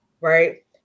Right